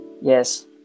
Yes